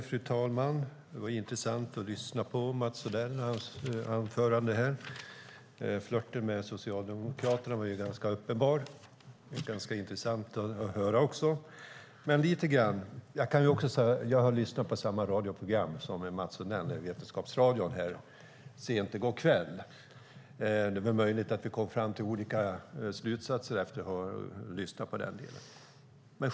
Fru talman! Det var intressant att lyssna på Mats Odells anförande. Flörten med Socialdemokraterna var ganska uppenbar och intressant att höra. Jag lyssnade på samma radioprogram som Mats Odell, Vetenskapsradion , sent i går kväll. Det är möjligt att vi kom fram till olika slutsatser efter att ha lyssnat på det.